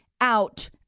out